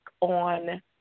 on